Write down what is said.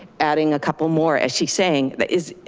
adding a couple more as she's saying that is,